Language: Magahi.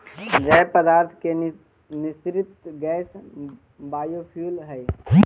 जैव पदार्थ के निःसृत गैस बायोफ्यूल हई